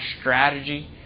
strategy